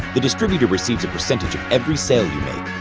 the distributor receives a percentage ah every sale you make.